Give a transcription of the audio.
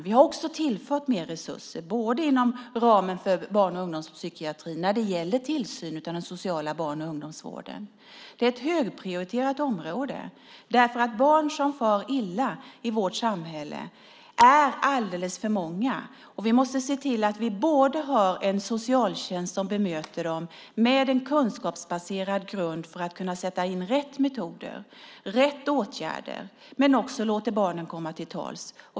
Vi har också tillfört mer resurser inom ramen för barn och ungdomspsykiatrin när det gäller tillsyn av den sociala barn och ungdomsvården. Det är ett högprioriterat område. Det är alldeles för många barn som far illa i vårt samhälle, och vi måste se till att vi har en socialtjänst som bemöter dem med en kunskapsbaserad grund för att kunna sätta in rätt metoder och rätt åtgärder men som också låter barnen komma till tals.